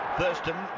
Thurston